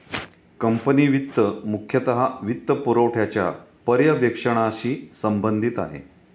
company वित्त मुख्यतः वित्तपुरवठ्याच्या पर्यवेक्षणाशी संबंधित आहे